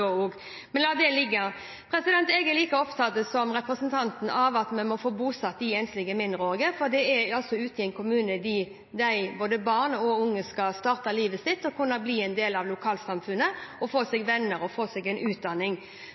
Men la det ligge. Jeg er like opptatt som representanten Andersen av at vi må få bosatt de enslige mindreårige, for det er ute i en kommune både barn og unge skal starte livet sitt og kunne bli en del av lokalsamfunnet, få seg venner og få seg en utdanning.